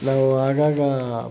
ನಾವು ಆಗಾಗ